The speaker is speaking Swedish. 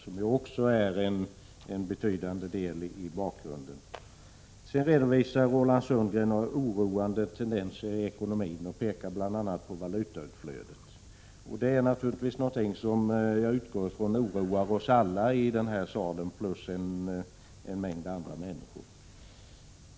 De sistnämnda utgör en betydande del av bakgrunden. Roland Sundgren redovisar vissa oroande tendenser i ekonomin och pekar bl.a. på valutautflödet. Jag utgår från att detta är någonting som oroar oss alla i den här salen plus en mängd andra människor.